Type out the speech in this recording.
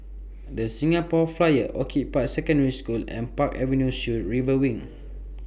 The Singapore Flyer Orchid Park Secondary School and Park Avenue Suites River Wing